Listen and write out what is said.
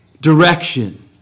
direction